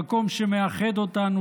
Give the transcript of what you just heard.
המקום שמאחד אותנו,